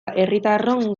herritarron